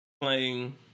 playing